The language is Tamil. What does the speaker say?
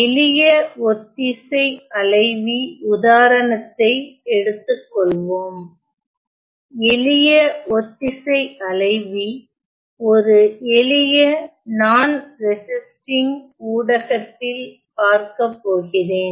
எளிய ஒத்திசை அலைவி உதாரணத்தை எடுத்துக் கொள்வோம் எளிய ஒத்திசை அலைவி ஒரு எளிய நான் ரெசிஸ்டிங் ஊடகத்தில் பார்க்கப் போகிறேன்